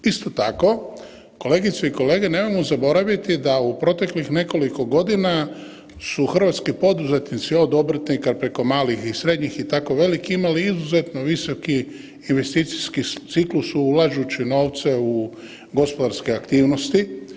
Isto tako, kolegice i kolege nemojmo zaboraviti da u proteklih nekoliko godina su hrvatski poduzetnici od obrtnika preko malih i srednjih i tako veliki imali izuzetno visoki investicijski ciklus ulažući novce u gospodarske aktivnosti.